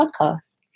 podcast